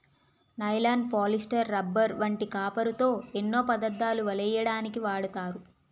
nylon, polyester, rubber వంటి కాపరుతో ఎన్నో పదార్ధాలు వలెయ్యడానికు వాడతారు